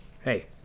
Hey